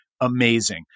amazing